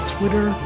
Twitter